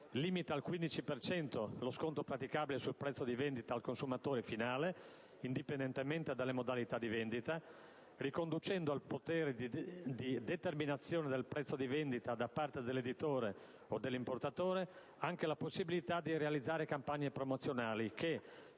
Limita al 15 per cento lo sconto praticabile sul prezzo di vendita al consumatore finale, indipendentemente dalle modalità di vendita, riconducendo al potere di determinazione del prezzo di vendita da parte dell'editore o dell'importatore anche la possibilità di realizzare campagne promozionali che,